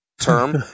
term